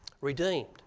redeemed